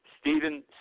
Stephen